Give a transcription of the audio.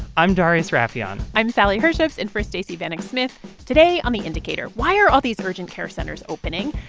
i'm darius rafieyan i'm sally herships in for stacey vanek smith. today on the indicator, why are all these urgent care centers opening?